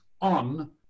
on